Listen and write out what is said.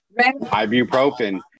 ibuprofen